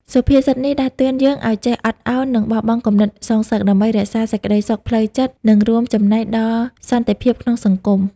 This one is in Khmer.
សុភាសិតនេះដាស់តឿនយើងឲ្យចេះអត់ឱន និងបោះបង់គំនិតសងសឹក ដើម្បីរក្សាសេចក្តីសុខផ្លូវចិត្ត និងរួមចំណែកដល់សន្តិភាពក្នុងសង្គម។